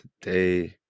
today